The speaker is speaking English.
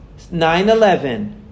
9-11